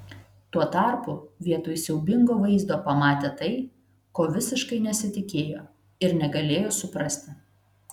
tuo tarpu vietoj siaubingo vaizdo pamatė tai ko visiškai nesitikėjo ir negalėjo suprasti